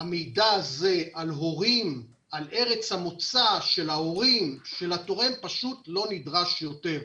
המידע הזה על ארץ המוצא של הורי התורם פשוט לא נדרש יותר.